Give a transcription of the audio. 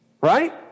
right